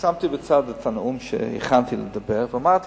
שמתי בצד את הנאום שהכנתי ואמרתי,